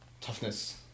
Toughness